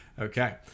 Okay